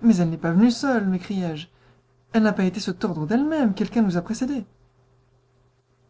mais elle n'est pas venue seule m'écriai-je elle n'a pas été se tordre d'elle-même quelqu'un nous a précédés